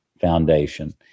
Foundation